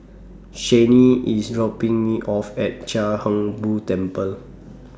Chaney IS dropping Me off At Chia Hung Boo Temple